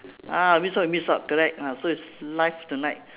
ah means what we miss out miss out correct ah so it's live tonight